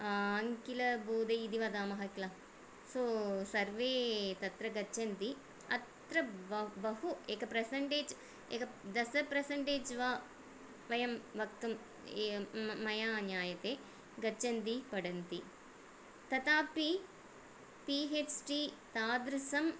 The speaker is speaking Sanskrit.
अङ्गलगुदे इति वदामः किल सो सर्वे तत्र गच्छन्ति अत्र बहु एकं प्रेसेन्टेज् एक दश प्रेसेन्टेज् वा वयं वक्तुं मया ज्ञायते गच्छन्ति पठन्ति तथापि पी हेच् डी तादृशं